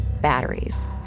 batteries